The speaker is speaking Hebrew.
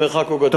המרחק הוא גדול.